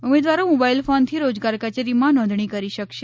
ઉમેદવારો મોબાઇલ ફોનથી રોજગાર કચેરીમાં નોંધણી કરી શકશે